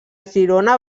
girona